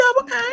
okay